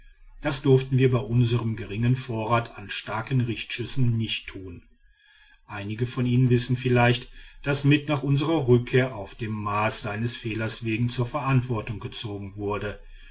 das durften wir bei unserm geringen vorrat an starken richtschüssen nicht tun einige von ihnen wissen vielleicht daß mitt nach unsrer rückkehr auf den mars seines fehlers wegen zur verantwortung gezogen wurde